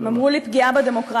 הם אמרו לי: פגיעה בדמוקרטיה.